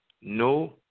no